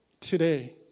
today